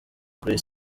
kuri